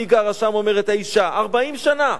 40 שנה.